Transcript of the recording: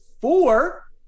four